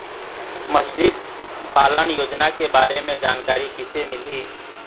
मछली पालन योजना के बारे म जानकारी किसे मिलही?